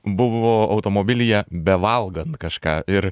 buvo automobilyje bevalgant kažką ir